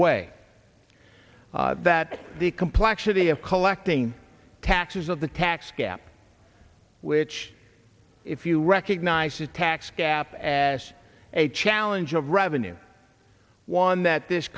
y that the complexity of collecting taxes of the tax gap which if you recognize a tax gap as a challenge of revenue one that this